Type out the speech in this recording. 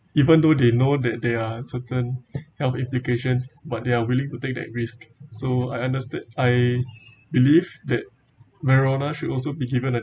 even though they know that there are certain health implications but they are willing to take that risk so I underst~ I believe that marijuana should also be given a